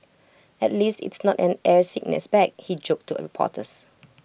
at least it's not an air sickness bag he joked to reporters